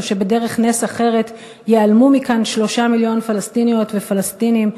או שבדרך נס אחרת ייעלמו מכאן 3 מיליון פלסטיניות ופלסטינים,